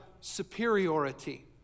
superiority